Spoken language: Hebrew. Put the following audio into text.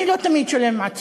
אני לא תמיד שלם עם עצמי,